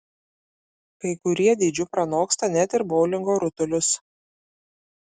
kai kurie dydžiu pranoksta net ir boulingo rutulius